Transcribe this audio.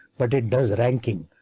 but it does ranking.